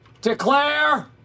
declare